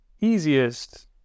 easiest